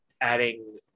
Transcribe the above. adding